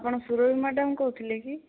ଆପଣ ସୁରଭି ମ୍ୟାଡମ୍ କହୁଥିଲେ କି